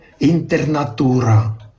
internatura